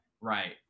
Right